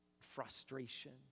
frustration